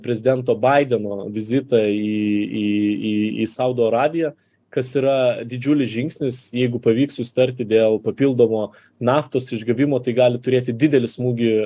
prezidento baideno vizitą į į į saudo arabiją kas yra didžiulis žingsnis jeigu pavyks susitarti dėl papildomo naftos išgavimo tai gali turėti didelį smūgį